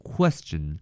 Question